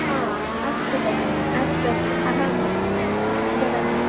हा अस्तु भगिनि अस्तु अहं ददामि